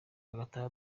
agataha